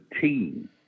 team